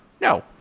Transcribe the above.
No